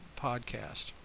podcast